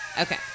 Okay